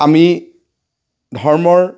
আমি ধৰ্মৰ